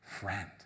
Friend